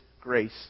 grace